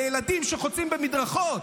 לילדים שחוצים במדרכות,